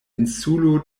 insulo